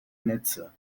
netze